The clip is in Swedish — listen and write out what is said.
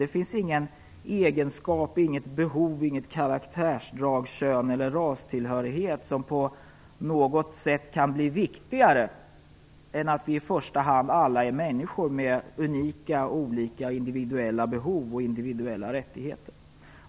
Det finns ingen egenskap, inget behov, inget karaktärsdrag, inget kön och ingen rastillhörighet som på något sätt kan bli viktigare än det förhållandet att vi alla i första hand är människor, med unika och individuella behov och individuella rättigheter.